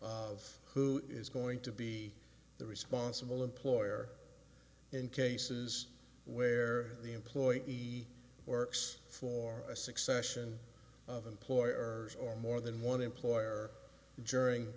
of who is going to be the responsible employer in cases where the employee he works for a succession of employers or more than one employer